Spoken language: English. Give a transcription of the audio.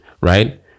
right